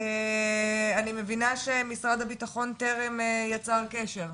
אני מבינה שמשרד הבטחון טרם יצר קשר,